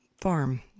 Farm